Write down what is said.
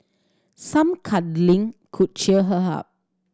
some cuddling could cheer her up